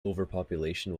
overpopulation